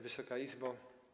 Wysoka Izbo!